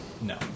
No